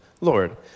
Lord